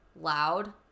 loud